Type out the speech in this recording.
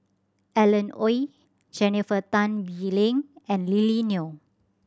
Alan Oei Jennifer Tan Bee Leng and Lily Neo